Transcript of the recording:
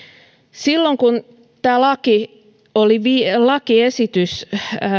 silloin kun tämä laki lakiesitys